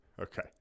okay